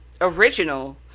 original